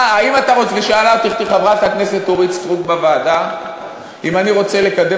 שאלה אותי חברת הכנסת סטרוק בוועדה אם אני רוצה לקדם